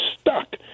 stuck